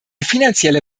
finanzielle